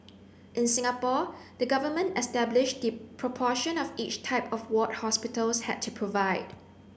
in Singapore the government established the proportion of each type of ward hospitals had to provide